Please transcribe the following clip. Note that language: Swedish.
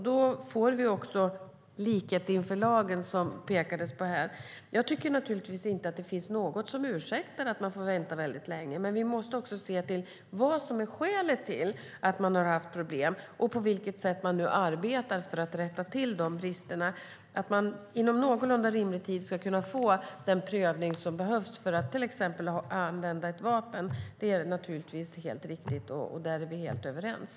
Då får vi också likhet inför lagen, som det pekades på här. Jag tycker inte att det finns något som ursäktar att man får vänta väldigt länge. Men vi måste också se på vad som är skälet till att det har varit problem och se på vilket sätt man nu arbetar för att rätta till de bristerna, så att man inom någorlunda rimlig tid ska kunna få den prövning som behövs för att till exempel använda ett vapen, vilket är riktigt. På den punkten är vi helt överens.